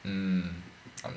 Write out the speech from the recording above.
mm I